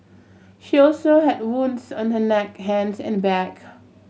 she also had wounds on her neck hands and back